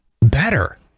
Better